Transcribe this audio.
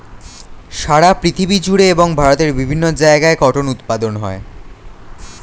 সারা পৃথিবী জুড়ে এবং ভারতের বিভিন্ন জায়গায় কটন উৎপাদন হয়